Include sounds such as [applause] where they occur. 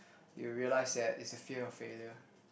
[breath] you realise that it's a fear of failure